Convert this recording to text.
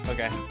Okay